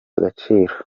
agaciro